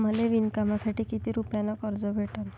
मले विणकामासाठी किती रुपयानं कर्ज भेटन?